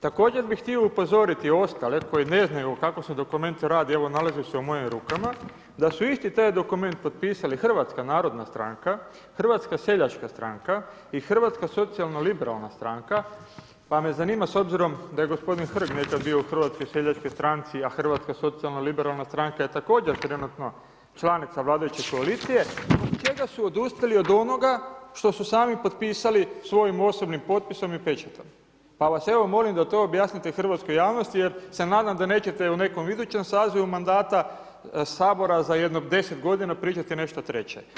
Također bih htio upozoriti ostale koji ne znaju kako se dokument radi, evo nalazi se u mojim rukama, da su isti taj dokument potpisali Hrvatska narodna stranka, Hrvatska seljačka stranka i Hrvatska socijalno liberalna stranka pa me zanima s obzirom da je gospodin Hrg nekad bio u Hrvatskoj seljačkoj stranci, a Hrvatska socijalno liberalna stranka je također trenutno članica vladajuće koalicije zbog čega su odustali od onoga što su sami potpisali svojim osobnim potpisom i pečatom, pa vas evo molim da to objasnite hrvatskoj javnosti jer se nadam da nećete u nekom idućem sazivu mandata Sabora za jedno deset godina pričati nešto treće.